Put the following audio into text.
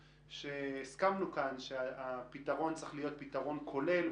הסכמנו כאן שהפתרון צריך להיות פתרון כולל,